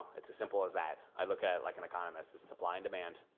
it's as simple as that. i look at it like an economist, supply and demand.